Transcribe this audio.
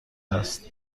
است